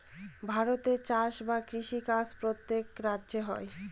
ভারতে চাষ বা কৃষি কাজ প্রত্যেক রাজ্যে হয়